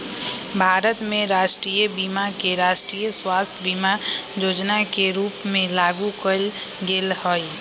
भारत में राष्ट्रीय बीमा के राष्ट्रीय स्वास्थय बीमा जोजना के रूप में लागू कयल गेल हइ